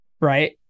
Right